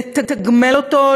לתגמל אותו,